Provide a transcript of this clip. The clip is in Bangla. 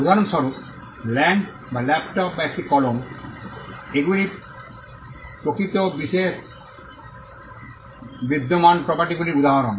উদাহরণস্বরূপ ল্যান্ড বা ল্যাপটপ বা একটি কলম এগুলি প্রকৃত বিশ্বে বিদ্যমান প্রপার্টিগুলির উদাহরণ